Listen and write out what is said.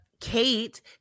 Kate